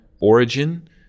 origin